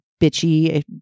bitchy